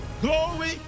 glory